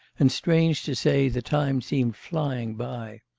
and strange, to say, the time seemed flying by.